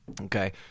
Okay